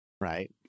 right